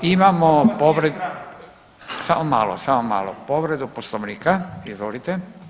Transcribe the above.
Imamo povredu… [[Upadica iz klupe se ne razumije]] samo malo, samo malo, povredu Poslovnika, izvolite.